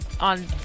on